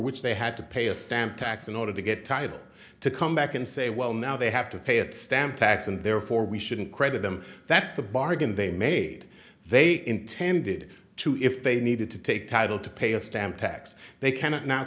which they had to pay a stamp tax in order to get title to come back and say well now they have to pay it stamp tax and therefore we shouldn't credit them that's the bargain they made they intended to if they needed to take title to pay a stamp tax they can now